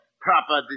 proper